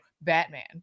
Batman